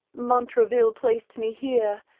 montraville placed me here,